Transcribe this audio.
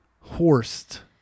Horst